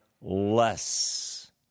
less